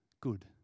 good